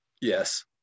Yes